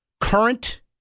current